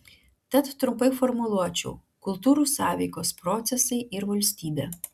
tad trumpai formuluočiau kultūrų sąveikos procesai ir valstybė